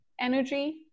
energy